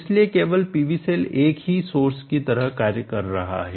इसलिए केवल PV cell 1 ही सोर्स की तरह कार्य कर रहा है है